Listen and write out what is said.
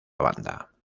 banda